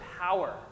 power